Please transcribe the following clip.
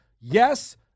Yes